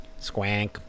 Squank